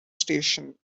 station